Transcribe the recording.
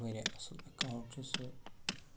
واریاہ اَصٕل اٮ۪کاوٕنٛٹ چھِ سُہ